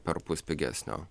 perpus pigesnio